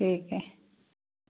ठीक आहे